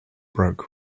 broke